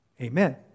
Amen